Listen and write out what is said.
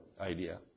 idea